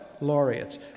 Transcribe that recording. laureates